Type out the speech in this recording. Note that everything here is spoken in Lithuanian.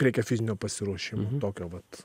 reikia fizinio pasiruošimo tokio vat